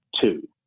Two